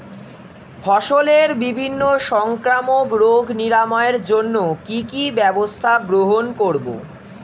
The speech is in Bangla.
ফসলের বিভিন্ন সংক্রামক রোগ নিরাময়ের জন্য কি কি ব্যবস্থা গ্রহণ করব?